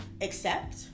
accept